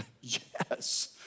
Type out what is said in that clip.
Yes